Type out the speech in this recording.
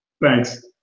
Thanks